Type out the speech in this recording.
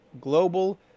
global